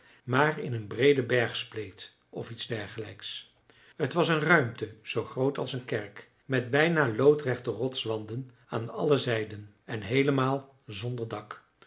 maar in een breede bergspleet of iets dergelijks t was een ruimte zoo groot als een kerk met bijna loodrechte rotswanden aan alle zijden en heelemaal zonder dak